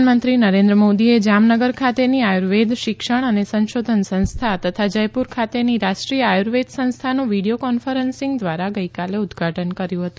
પ્રધાનમંત્રી નરેન્દ્ર મોદી એ જામનગર ખાતેની આયુર્વેદ શિક્ષણ અને સંશોધન સંસ્થા તથા જયપુર ખાતેની રાષ્ટ્રીય આયુર્વેદ સંસ્થાનું વિડીયો કોન્ફરન્સીંગ દ્વારા ગઇકાલે ઉઘ્ઘાટન કર્યું છે